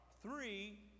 three